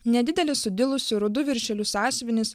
nedidelis sudilusiu rudu viršeliu sąsiuvinis